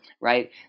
right